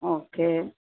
okay